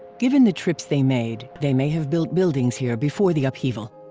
given the trips they made, they may have built buildings here before the upheaval.